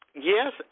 Yes